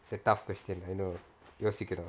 it's a tough question I know யோசிக்குறேன்:yosikuraen